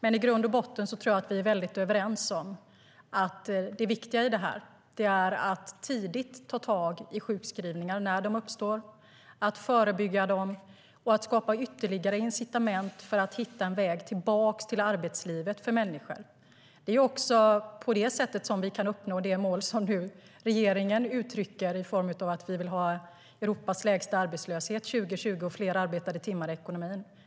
I grund och botten tror jag att vi är överens om att det viktiga är att ta tag i sjukskrivningar tidigt, när de uppstår, att förebygga dem och att skapa ytterligare incitament för att hitta en väg tillbaka till arbetslivet för människor. Det är också på det sättet vi kan uppnå det mål som regeringen nu uttrycker: Europas lägsta arbetslöshet 2020 och fler arbetade timmar i ekonomin.